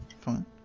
fine